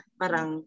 parang